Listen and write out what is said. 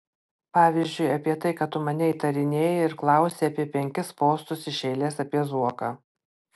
pavyzdžiui apie tai kad tu mane įtarinėji ir klausi apie penkis postus iš eilės apie zuoką